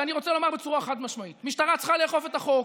ואני רוצה לומר בצורה חד-משמעית: משטרה צריכה לאכוף את החוק,